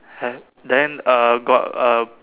have then uh got a